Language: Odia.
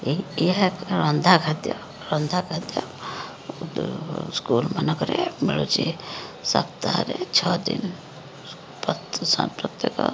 ଏହା ଏକ ରନ୍ଧା ଖାଦ୍ୟ ରନ୍ଧା ଖାଦ୍ୟ ସ୍କୁଲ୍ମାନଙ୍କରେ ମିଳୁଛି ସପ୍ତାହରେ ଛଅ ଦିନ ପ୍ରତ୍ୟେକ